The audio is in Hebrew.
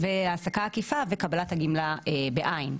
והעסקה עקיפה וקבלת הגמלה בעין,